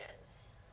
Yes